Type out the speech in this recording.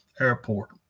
airport